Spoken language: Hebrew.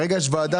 כרגע יש ועדה.